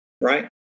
right